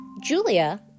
Julia